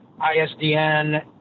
ISDN